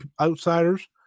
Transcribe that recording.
outsiders